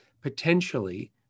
potentially